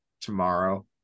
tomorrow